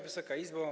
Wysoka Izbo!